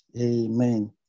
Amen